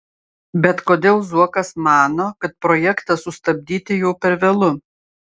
bet kodėl zuokas mano kad projektą sustabdyti jau per vėlu